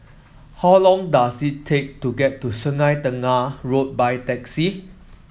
how long does it take to get to Sungei Tengah Road by taxi